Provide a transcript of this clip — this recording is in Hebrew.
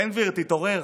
בן גביר, תתעורר,